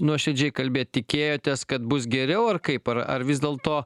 nuoširdžiai kalbėt tikėjotės kad bus geriau ar kaip ar ar vis dėlto